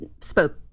spoke